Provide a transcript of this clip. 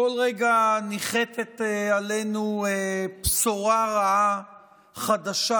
ובכל רגע ניחתת עלינו בשורה רעה חדשה